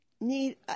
need